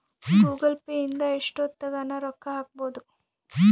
Google Pay ಇಂದ ಎಷ್ಟೋತ್ತಗನ ರೊಕ್ಕ ಹಕ್ಬೊದು